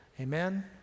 Amen